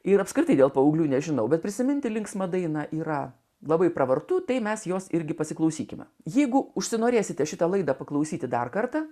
ir apskritai dėl paauglių nežinau bet prisiminti linksmą dainą yra labai pravartu tai mes jos irgi pasiklausykime jeigu užsinorėsite šitą laidą paklausyti dar kartą